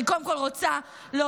אני קודם כול רוצה להודות